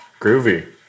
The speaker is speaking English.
Groovy